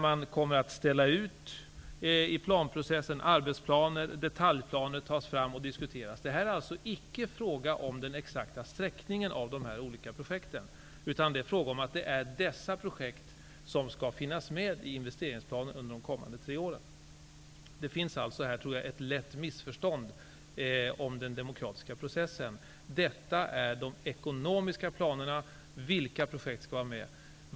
Man kommer att ställa ut i planeringsprocessen arbetsplaner, och detaljplaner kommer att tas fram och diskuteras. Här är det inte fråga om den exakta sträckningen enligt de olika projekten, utan det handlar om vilka projekt som skall finnas med i investeringsplanerna under de kommande tre åren. Det finns här, tror jag, ett litet missförstånd när det gäller den demokratiska processen. Här gäller det de ekonomiska planerna, vilka projekt som skall vara med.